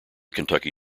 kentucky